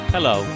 Hello